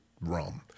rum